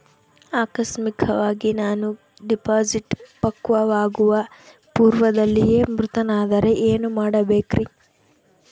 ಆಕಸ್ಮಿಕವಾಗಿ ನಾನು ಡಿಪಾಸಿಟ್ ಪಕ್ವವಾಗುವ ಪೂರ್ವದಲ್ಲಿಯೇ ಮೃತನಾದರೆ ಏನು ಮಾಡಬೇಕ್ರಿ?